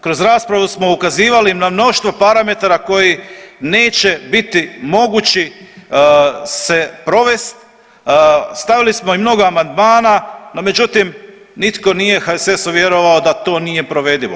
Kroz raspravu smo ukazivali na mnoštvo parametara koji neće biti mogući se provest, stavili smo i mnogo amandmana, no međutim nitko nije HSS-u vjerovao da to nije provedivo.